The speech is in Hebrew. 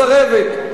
מסרבת.